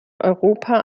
europa